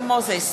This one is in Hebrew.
אליעזר מוזס,